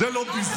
זה לא ביזה,